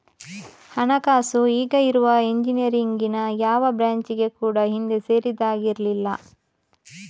ಹಣಕಾಸು ಈಗ ಇರುವ ಇಂಜಿನಿಯರಿಂಗಿನ ಯಾವ ಬ್ರಾಂಚಿಗೆ ಕೂಡಾ ಹಿಂದೆ ಸೇರಿದ್ದಾಗಿರ್ಲಿಲ್ಲ